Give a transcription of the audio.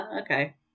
okay